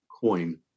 coin